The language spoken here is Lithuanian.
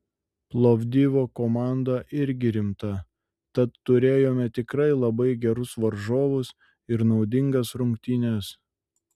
plovdivo komanda irgi rimta tad turėjome tikrai labai gerus varžovus ir naudingas rungtynes